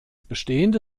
bestehende